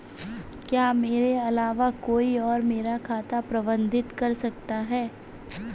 क्या मेरे अलावा कोई और मेरा खाता प्रबंधित कर सकता है?